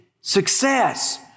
success